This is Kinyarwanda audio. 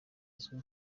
uzwi